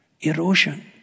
Erosion